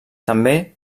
també